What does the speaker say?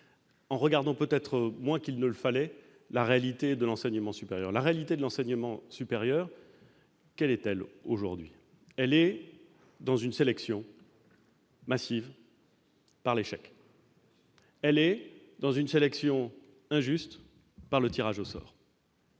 en examinant peut-être moins qu'il ne le fallait la réalité de l'enseignement supérieur. La réalité de l'enseignement supérieur, quelle est-elle aujourd'hui ? Elle est une sélection massive par l'échec ; elle est une sélection injuste par le tirage au sort.